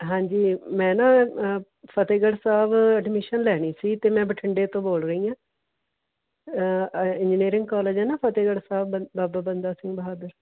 ਹਾਂਜੀ ਮੈਂ ਨਾ ਫਤਿਹਗੜ੍ਹ ਸਾਹਿਬ ਐਡਮਿਸ਼ਨ ਲੈਣੀ ਸੀ ਅਤੇ ਮੈਂ ਬਠਿੰਡੇ ਤੋਂ ਬੋਲ ਰਹੀ ਹਾਂ ਇੰਜੀਨੀਅਰਿੰਗ ਕੋਲਜ ਹੈ ਨਾ ਫਤਿਹਗੜ੍ਹ ਸਾਹਿਬ ਬ ਬਾਬਾ ਬੰਦਾ ਸਿੰਘ ਬਹਾਦਰ